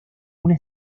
una